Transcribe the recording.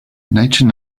nature